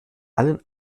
allen